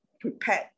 prepared